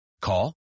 Call